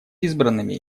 избранными